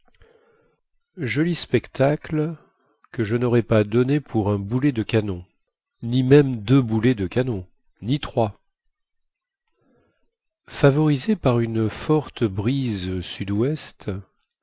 joli spectacle que je naurais pas donné pour un boulet de canon ni même deux boulets de canon ni trois favorisée par une forte brise